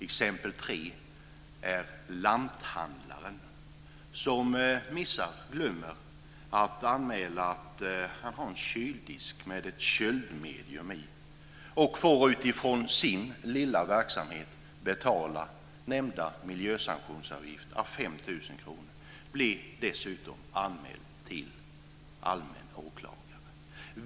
Det tredje exemplet gäller den lanthandlare som missar, glömmer, att anmäla att han har en kyldisk med ett köldmedium. Utifrån sin lilla verksamhet får han betala nämnda miljösanktionsavgift à 5 000 kr. Dessutom blir han anmäld till allmän åklagare.